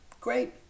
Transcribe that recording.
Great